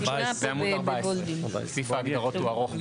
בעמוד 14. סעיף ההגדרות הוא ארוך.